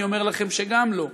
אני אומר לכם שגם לא,